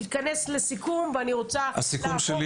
תתכנס לסיכום ואני רוצה --- הסיכום שלי